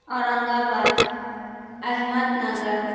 اورنگ آباد احمد نگر